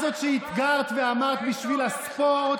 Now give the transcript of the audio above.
את זאת שאתגרת ואמרת: בשביל הספורט,